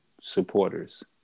supporters